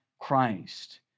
Christ